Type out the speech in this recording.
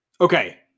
Okay